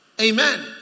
Amen